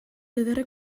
ederrek